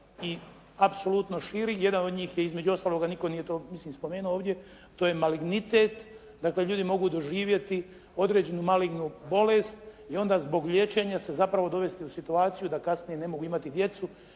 i apsolutno širi. Jedan od njih je između ostaloga, nitko nije to mislim spomenuo ovdje, to je malignitet. Dakle ljudi mogu doživjeti određenu malignu bolest i onda zbog liječenja se zapravo dovesti u situaciju da kasnije ne mogu imati djecu